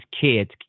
kids